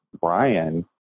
Brian